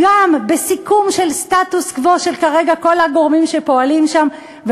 גם בסיכום של סטטוס קוו של כל הגורמים שפועלים שם כרגע,